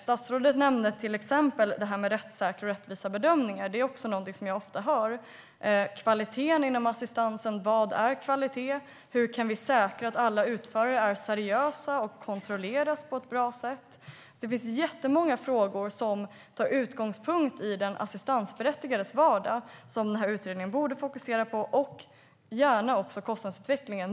Statsrådet nämnde till exempel detta med rättssäkra och rättvisa bedömningar. Det är också något som jag ofta hör. Kvaliteten inom assistansen - vad är kvalitet? Hur kan vi säkra att alla utförare är seriösa och kontrolleras på ett bra sätt. Det finns jättemånga frågor med utgångspunkt i den assistansberättigades vardag som utredningen borde fokusera på, gärna också på kostnadsutvecklingen.